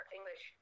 English